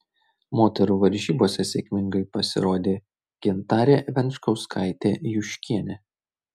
moterų varžybose sėkmingai pasirodė gintarė venčkauskaitė juškienė